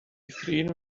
thrin